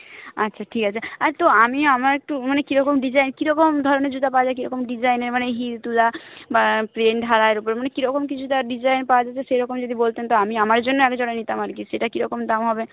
আচ্ছা ঠিক আছে আর তো আমি আমার একটু মানে কীরকম ডিজাইন কীরকম ধরনের জুতো পাওয়া যায় কীরকম ডিজাইনের মানে হিল তোলা বা প্লেন ঢালাইয়ের ওপর মানে কীরকম কী জুতোর ডিজাইন পাওয়া যাবে সেরকম যদি বলতেন তো আমি আমার জন্য একজোড়া নিতাম আর কি সেটা কীরকম দাম হবে